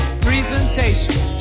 presentation